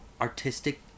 artistic